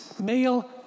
male